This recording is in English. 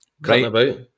right